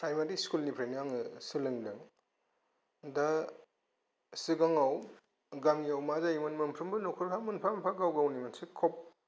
primary स्कुलनिफ्रायनो आङो सोलोंदों दा सिगाङाव गामियाव मा जायोमोन मोनफ्रोमबो नखरहा मोनफा मोनफा गाव गावनि मोनसे खब